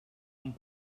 amb